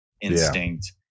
instinct